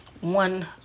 one